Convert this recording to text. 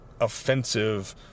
offensive